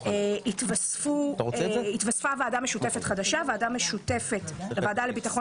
התווספה ועדה משותפת חדשה ועדה משותפת לוועדה לביטחון